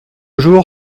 jour